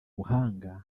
buhanga